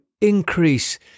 increase